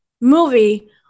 movie